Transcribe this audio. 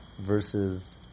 versus